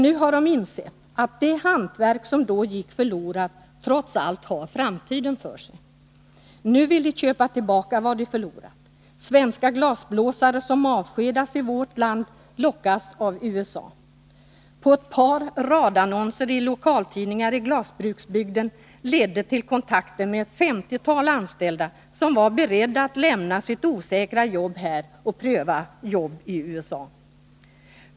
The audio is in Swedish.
Nu har de insett att det hantverk som då gick förlorat trots allt har framtiden för sig. Nu vill de köpa tillbaka vad de förlorat. Svenska glasblåsare som avskedas i vårt land lockas av USA. Ett par radannonser i lokaltidningar i glasbruksbygden ledde till kontakter med ett femtiotal anställda, som var beredda att lämna sina osäkra jobb här och pröva i USA.